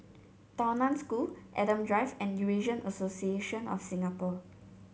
Tao Nan School Adam Drive and Eurasian Association of Singapore